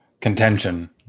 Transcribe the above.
Contention